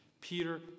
Peter